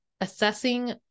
assessing